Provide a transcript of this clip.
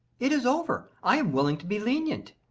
it is over. i am willing to be lenient.